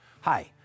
Hi